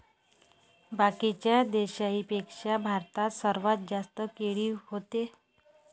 बाकीच्या देशाइंपेक्षा भारतात सर्वात जास्त केळी व्हते